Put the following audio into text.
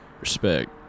Respect